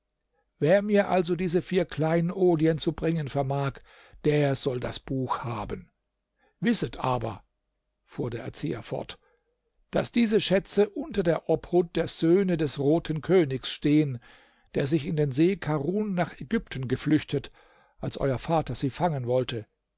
wer mir also diese vier kleinodien zu bringen vermag der soll das buch haben wisset aber fuhr der erzieher fort daß diese schätze unter der obhut der söhne des roten königs stehen die sich in den see karun nach ägypten geflüchtet als euer vater sie fangen wollte